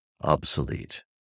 obsolete